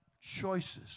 choices